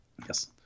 Yes